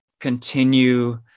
continue